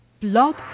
blog